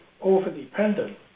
over-dependent